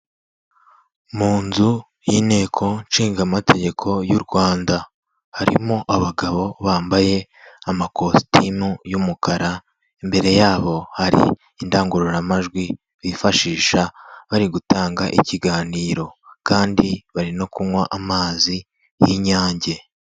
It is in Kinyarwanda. Mu nzu y'inteko ishingama amategeko y'u Rwanda, harimo abagabo bambaye amakositimu y'umukara, imbere yabo hari indangururamajwi bifashisha bari gutanga ikiganiro kandi barimo kunywa amazi y'Inyange.